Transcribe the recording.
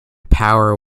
power